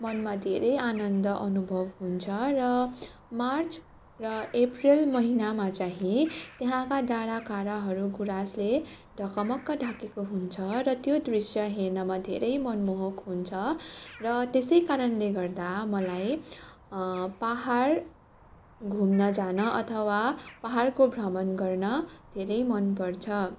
मनमा धेरै आनन्द अनुभव हुन्छ र मार्च र अप्रेल महिनामा चाहिँ त्यहाँका डाँडाकाँडाहरू गुराँसले ढकमक्क ढाकेको हुन्छ र त्यो दृश्य हेर्नमा धेरै मनमोहक हुन्छ र त्यसै कारणले गर्दा मलाई पाहाड घुम्न जान अथवा पाहाडको भ्रमण गर्न धेरै मनपर्छ